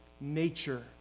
nature